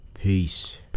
Peace